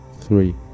three